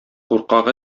куркак